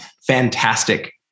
fantastic